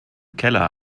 keller